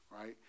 Right